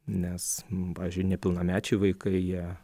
nes maži nepilnamečiai vaikai jie